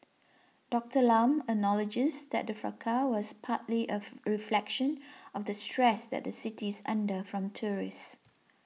Doctor Lam acknowledges that the fracas was partly of reflection of the stress that the city is under from tourists